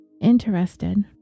interested